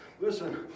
listen